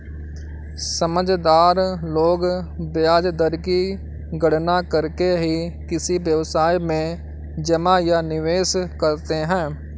समझदार लोग ब्याज दर की गणना करके ही किसी व्यवसाय में जमा या निवेश करते हैं